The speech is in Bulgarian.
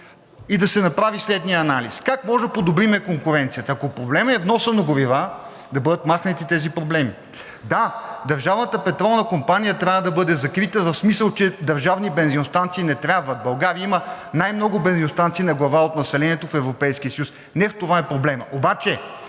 и да се направи следният анализ: как може да подобрим конкуренцията? Ако проблемът е вносът на горива, да бъдат махнати тези проблеми. Да, Държавната петролна компания трябва да бъде закрита, в смисъл че държавни бензиностанции не трябват. В България има най-много бензиностанции на глава от населението в Европейския съюз – не в това е проблемът. Обаче,